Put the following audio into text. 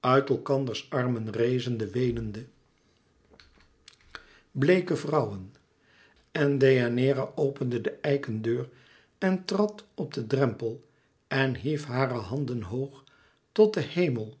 uit elkanders armen rezen de weenende bleeke vrouwen en deianeira opende de eiken deur en trad op den drempel en hief hare handen hoog tot den hemel